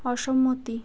অসম্মতি